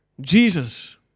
Jesus